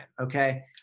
okay